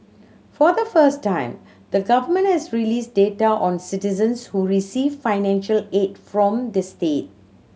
for the first time the Government has released data on citizens who receive financial aid from the state